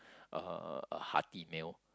uh a hearty meal